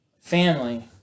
Family